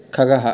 खगः